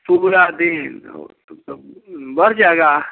पूरा दिन ओ तब बढ़ जाएगा